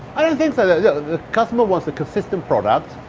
i don't think so. the customer wants a consistent product.